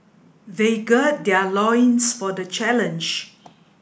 they gird their loins for the challenge